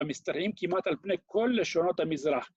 ‫המסתרעים כמעט על פני ‫כל לשונות המזרח.